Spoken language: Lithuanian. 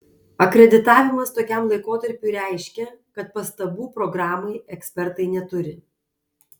akreditavimas tokiam laikotarpiui reiškia kad pastabų programai ekspertai neturi